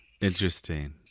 Interesting